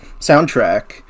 soundtrack